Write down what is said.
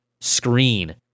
screen